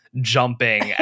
jumping